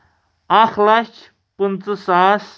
اکھ لَچھ پٕنٛژٕہ ساس